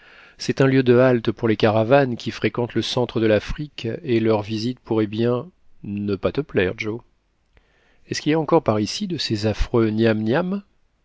c'est un lieu de halte pour les caravanes qui fréquentent le centre de l'afrique et leur visite pourrait bien ne pas te plaire joe est-ce qu'il y a encore par ici de ces affreux